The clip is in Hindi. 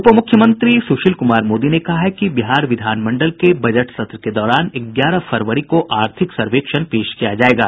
उप मुख्यमंत्री सुशील कुमार मोदी ने कहा है कि बिहार विधानमंडल के बजट सत्र के दौरान ग्यारह फरवरी को आर्थिक सर्वेक्षण पेश किया जायेगा